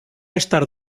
estar